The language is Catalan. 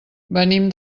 venim